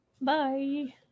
Bye